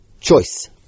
choice